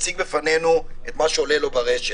מציג בפנינו את מה שעולה לו ברשת,